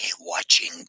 watching